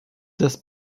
das